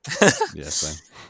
Yes